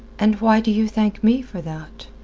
and why do you thank me for that?